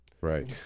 Right